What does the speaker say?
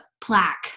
plaque